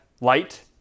light